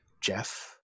Jeff